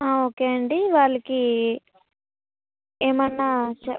ఆ ఓకే అండి వాళ్ళకి ఏమన్నా చే